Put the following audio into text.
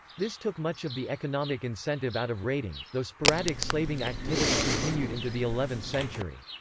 this took much of the economic incentive out of raiding, though sporadic slaving activity continued into the eleventh century.